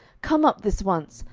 come up this once,